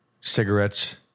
cigarettes